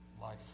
life